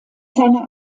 seiner